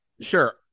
Sure